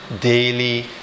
daily